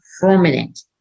permanent